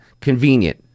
convenient